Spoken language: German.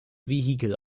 vehikel